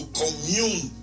commune